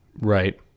Right